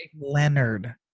Leonard